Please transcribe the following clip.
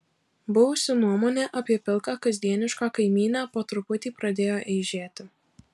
buvusi nuomonė apie pilką kasdienišką kaimynę po truputį pradėjo eižėti